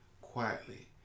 quietly